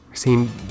Seen